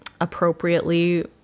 appropriately